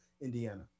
Indiana